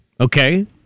Okay